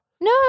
No